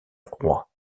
roi